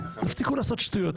תפסיקו לעשות שטויות,